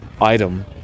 item